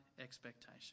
expectation